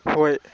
ꯍꯣꯏ